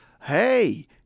hey